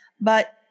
But-